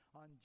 on